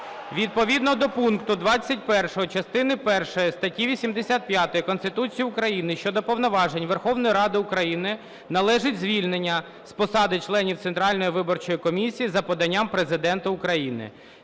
Відповідно до пункту 21 частини першої статті 85 Конституції України щодо повноважень Верховної Ради України належить звільнення з посади членів Центральної виборчої комісії за поданням Президента України.